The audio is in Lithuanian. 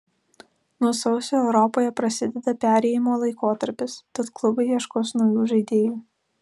nuo sausio europoje prasideda perėjimo laikotarpis tad klubai ieškos naujų žaidėjų